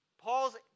Paul's